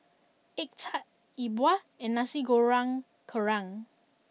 Egg Tart Yi Bua And Nasi Goreng Kerang